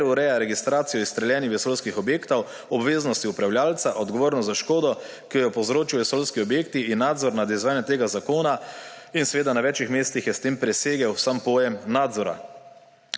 ter ureja registracijo izstreljenih vesoljskih objektov, obveznosti upravljavca, odgovornost za škodo, ki jo povzročijo vesoljski objekti, in nadzor nad izvajanjem tega zakona. Seveda je s tem na več mestih presegel sam pojem nadzora.